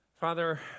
Father